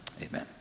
amen